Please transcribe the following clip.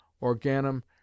organum